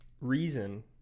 reason